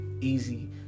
easy